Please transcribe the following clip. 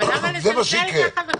זה מה שיקרה.